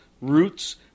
roots